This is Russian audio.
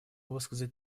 высказать